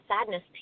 sadness